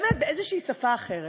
באמת באיזו בשפה אחרת,